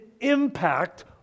impact